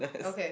okay